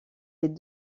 est